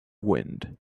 wind